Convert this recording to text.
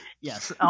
Yes